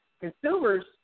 consumers –